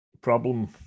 problem